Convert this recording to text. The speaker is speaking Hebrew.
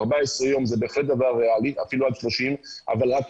14 ימים זה בהחלט דבר ריאלי, אפילו 30 עם הארכה.